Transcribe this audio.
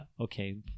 okay